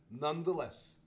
Nonetheless